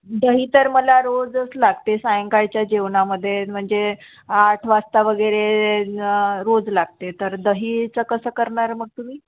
दही तर मला रोजच लागते सायंकाळच्या जेवणामध्ये म्हणजे आठ वाजता वगैरे रोज लागते तर दहीचं कसं करणारं मग तुम्ही